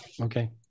Okay